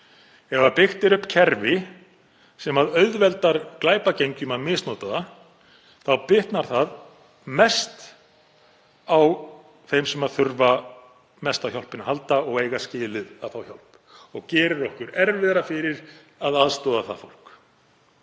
Ef byggt er upp kerfi sem auðveldar glæpagengjum að misnota það þá bitnar það mest á þeim sem þurfa mest á hjálpinni að halda og eiga skilið að fá hjálp og gerir okkur erfiðara fyrir að aðstoða það fólk.